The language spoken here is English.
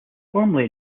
formerly